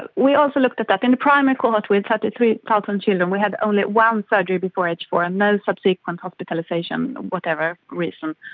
but we also looked at that. in the primary cohort we had thirty three thousand children, we had only one surgery before aged four, and no subsequent hospitalisation for whatever reason.